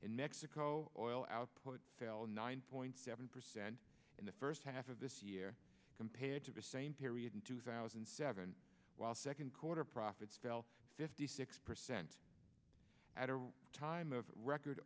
in mexico oil output fail nine point seven percent in the first half of this year compared to the same period in two thousand and seven while second quarter profits fell fifty six percent at a time of record